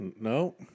no